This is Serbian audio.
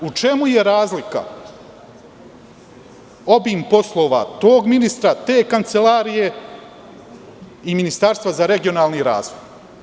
U čemu je razlika obima poslova tog ministra te kancelarije i Ministarstva za regionalni razvoj?